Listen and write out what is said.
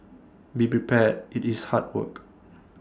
be prepared IT is hard work